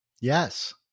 Yes